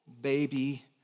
baby